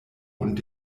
und